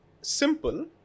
simple